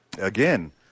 Again